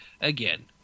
again